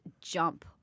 jump